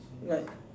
like